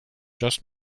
just